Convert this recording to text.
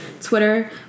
twitter